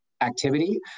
activity